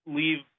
leave